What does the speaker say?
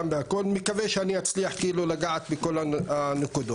אני מקווה שאני אצליח לגעת בכל הנקודות.